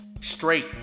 straight